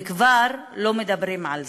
וכבר לא מדברים על זה.